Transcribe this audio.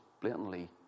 blatantly